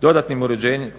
Dodatnim